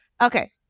Okay